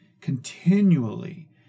continually